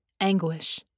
Anguish